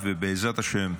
ובעזרת השם,